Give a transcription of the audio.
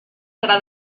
serà